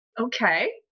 Okay